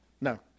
No